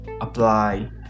apply